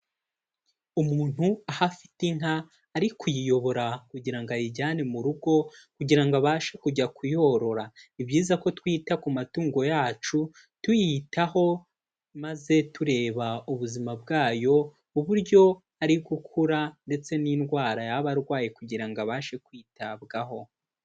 Umuntu aho afite inka ari kuyiyobora kugira ngo ayijyane mu rugo kugira abashe kujya kuyorora. Ni byiza ko twita ku matungo yacu tuyitaho maze tureba ubuzima bwayo uburyo ari gukura ndetse n'indwara yaba arwaye kugira ngo abashe kwitabwaho.